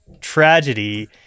tragedy